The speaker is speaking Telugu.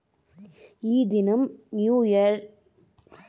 ఈ దినం న్యూ ఇయర్ కదా రోజా పూల గుత్తితో మా సార్ ని విష్ చెయ్యాల్ల